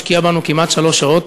השקיע בנו כמעט שלוש שעות,